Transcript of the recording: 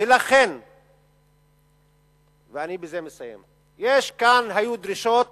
אני בזה מסיים, היו דרישות